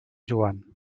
joan